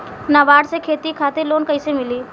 नाबार्ड से खेती खातिर लोन कइसे मिली?